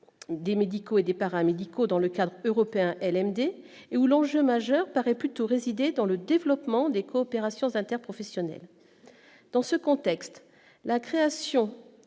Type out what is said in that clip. des médicaux et des paramédicaux dans le cadre européen LMD et où l'enjeu majeur paraît plutôt résider dans le développement des coopérations interprofessionnelles dans ce contexte, la création